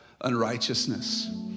unrighteousness